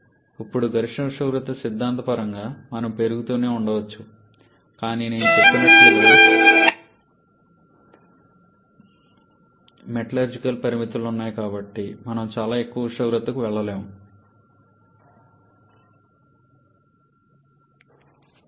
ఇప్పుడు గరిష్ట ఉష్ణోగ్రత సిద్ధాంతపరంగా మనం పెరుగుతూనే ఉండవచ్చు కానీ నేను చెప్పినట్లుగా మెటలర్జికల్ పరిమితులు ఉన్నాయి కాబట్టి మనం చాలా ఎక్కువ ఉష్ణోగ్రతకు వెళ్లలేకపోవచ్చు